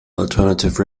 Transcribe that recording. alternative